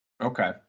Okay